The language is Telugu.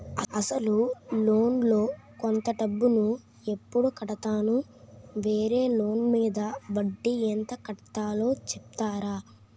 అసలు లోన్ లో కొంత డబ్బు ను ఎప్పుడు కడతాను? వేరే లోన్ మీద వడ్డీ ఎంత కట్తలో చెప్తారా?